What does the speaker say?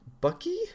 Bucky